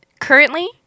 Currently